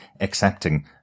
accepting